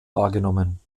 wahrgenommen